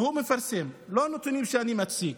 שהוא מפרסם, לא הנתונים שאני מציג,